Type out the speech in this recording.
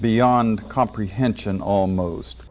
beyond comprehension almost